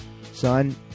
son